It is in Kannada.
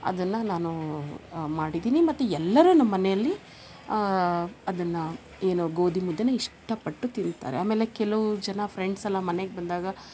ಅದನ್ನ ನಾನು ಮಾಡಿದ್ದೀನಿ ಮತ್ತು ಎಲ್ಲರು ನಮ್ಮ ಮನೇಲಿ ಅದನ್ನ ಏನು ಗೋದಿ ಮುದ್ದೆನ ಇಷ್ಟ ಪಟ್ಟು ತಿಂತಾರೆ ಆಮೇಲೆ ಕೆಲವು ಜನ ಫ್ರೆಂಡ್ಸೆಲ್ಲ ಮನೆಗೆ ಬಂದಾಗ